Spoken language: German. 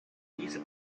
diese